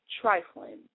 trifling